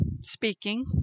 speaking